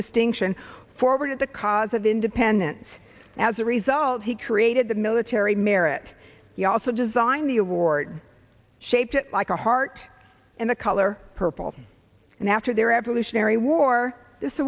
distinction forward in the cause of independence as a result he created the military merrit he also designed the award shaped like a heart and the color purple and after their evolutionary war this